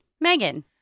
Megan